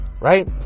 right